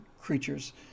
creatures